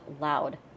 loud